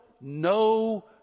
no